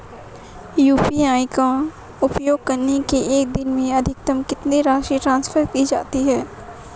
UPI का उपयोग करके एक दिन में अधिकतम कितनी राशि ट्रांसफर की जा सकती है?